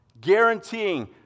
guaranteeing